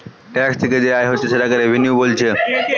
tax থিকে যে আয় হচ্ছে সেটাকে রেভিনিউ বোলছে